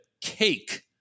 cake